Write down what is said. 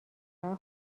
باید